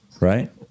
Right